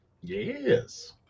yes